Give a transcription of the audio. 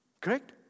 Correct